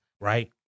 Right